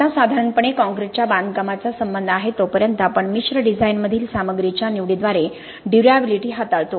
आता साधारणपणे काँक्रीटच्या बांधकामाचा संबंध आहे तोपर्यंत आपण मिश्र डिझाइनमधील सामग्रीच्या निवडीद्वारे ड्युर्याबिलिटी हाताळतो